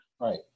Right